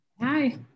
Hi